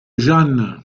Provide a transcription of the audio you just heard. jeanne